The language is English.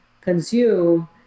consume